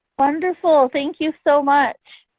wonderful. thank you so much.